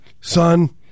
son